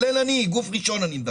גם אני דבריי נמסרים בגוף ראשון,